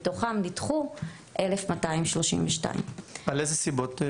מתוכם נדחו 1,232. על איזה סיבות הם נדחו?